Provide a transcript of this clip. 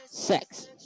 sex